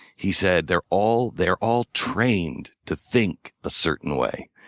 he said, they're all they're all trained to think a certain way.